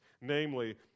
namely